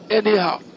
anyhow